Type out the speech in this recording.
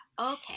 okay